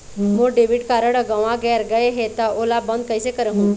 मोर debit card हर गंवा गैर गए हे त ओला बंद कइसे करहूं?